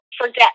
forget